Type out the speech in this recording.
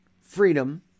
freedom